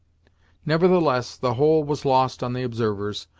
nevertheless the whole was lost on the observers,